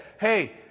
hey